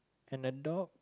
and the dog